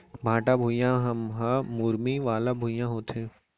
भाठा भुइयां ह मुरमी वाला भुइयां होथे